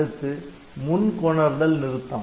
அடுத்து முன் கொணர்தல் நிறுத்தம்